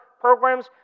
programs